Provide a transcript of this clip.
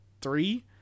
three